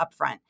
Upfront